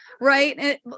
right